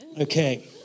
Okay